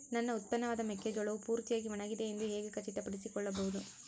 ನನ್ನ ಉತ್ಪನ್ನವಾದ ಮೆಕ್ಕೆಜೋಳವು ಪೂರ್ತಿಯಾಗಿ ಒಣಗಿದೆ ಎಂದು ಹೇಗೆ ಖಚಿತಪಡಿಸಿಕೊಳ್ಳಬಹುದು?